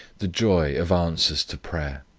the joy of answers to prayer.